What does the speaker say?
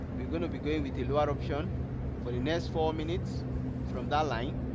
we're going to be going with the lower option for the next four minutes from that line